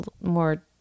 more